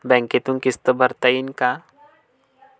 बँकेतून किस्त भरता येईन का?